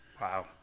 wow